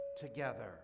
together